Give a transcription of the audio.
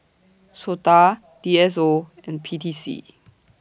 Sota D S O and P T C